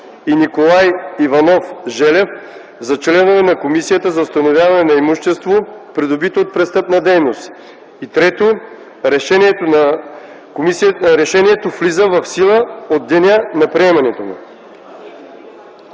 и Николай Иванов Желев за членове на Комисията за установяване на имущество, придобито от престъпна дейност. 3. Решението влиза в сила от деня на приемането му.”